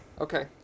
Okay